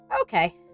okay